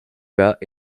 bas